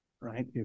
Right